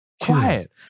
quiet